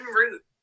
route